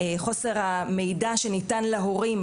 חוסר המידע שניתן להורים.